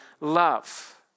love